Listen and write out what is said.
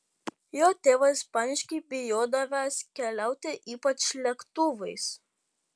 jo tėvas paniškai bijodavęs keliauti ypač lėktuvais